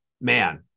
man